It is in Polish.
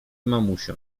mamusią